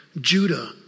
Judah